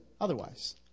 otherwise